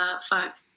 Fuck